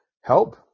help